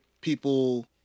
people